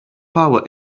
power